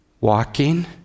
walking